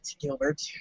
Gilbert